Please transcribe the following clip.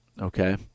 Okay